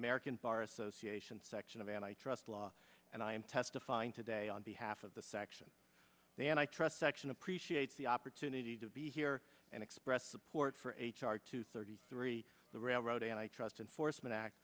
american bar association section of an i trust law and i am testifying today on behalf of the section the antitrust section appreciate the opportunity to be here and express support for h r two thirty three the railroad and i trust enforcement act